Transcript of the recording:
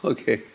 Okay